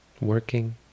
working